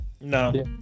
no